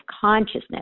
consciousness